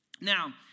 Now